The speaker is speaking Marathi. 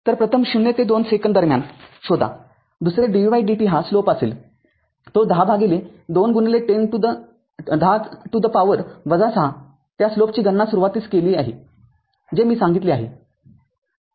तरप्रथम ० ते २ सेकंद दरम्यान शोधा दुसरे dvtdt हा स्लोप असेल तो १० भागिले २१० to the power ६ त्या स्लोपची गणना सुरुवातीस केली जाईल हे मी सांगितले आहे